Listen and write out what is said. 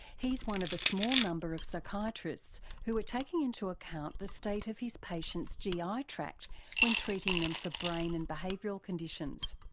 he's one of a small number of psychiatrists who are taking into account the state of his patients' gi ah tract when treating them for brain and behavioural conditions.